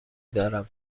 دارم